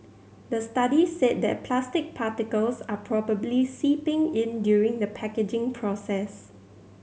the study said that plastic particles are probably seeping in during the packaging process